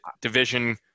division